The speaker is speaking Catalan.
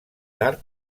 tard